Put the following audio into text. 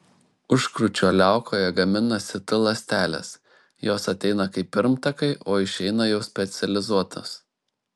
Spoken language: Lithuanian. užkrūčio liaukoje gaminasi t ląstelės jos ateina kaip pirmtakai o išeina jau specializuotos